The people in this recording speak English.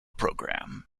programme